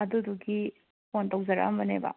ꯑꯗꯨꯗꯨꯒꯤ ꯐꯣꯟ ꯇꯧꯖꯔꯛꯑꯝꯕꯅꯦꯕ